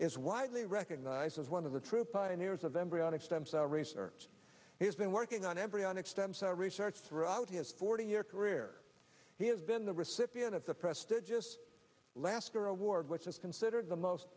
is widely recognized as one of the true pioneers of embryonic stem cell research he's been working on embryonic stem cell research throughout his forty year career he has been the recipient of the prestigious laskar award which is considered the most